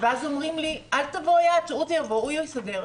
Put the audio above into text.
ואז אומרים לי: אל תבואי את, הוא יבוא, הוא יסדר.